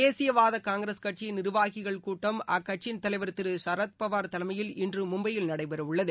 தேசியவாத காங்கிரஸ் கட்சியின் நிர்வாகிகள் கூட்டம் அக்கட்சியின் தலைவர் திரு சரத்பவார் தலைமையில் இன்று மும்பையில் நடைபெறவுள்ளது